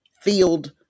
field